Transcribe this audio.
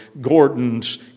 Gordon's